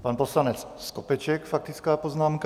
Pan poslanec Skopeček faktická poznámka.